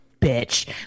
bitch